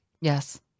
Yes